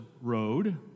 Road